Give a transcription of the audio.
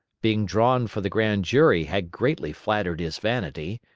being drawn for the grand jury had greatly flattered his vanity,